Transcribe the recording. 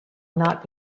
not